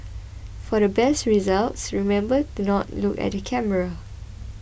for best results remember to not look at the camera